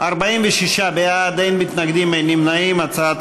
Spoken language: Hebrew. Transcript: העבירה (תיקון,